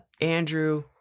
Andrew